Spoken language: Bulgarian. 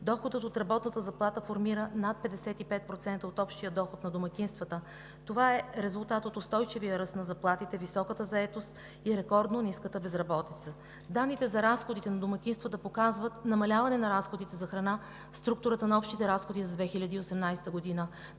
Доходът от работната заплата формира над 55% от общия доход на домакинствата. Това е резултат от устойчивия ръст на заплатите, високата заетост и рекордно ниската безработица. Данните за разходите на домакинствата показват намаляване на разходите за храна в структурата на общите разходи за 2018 г.,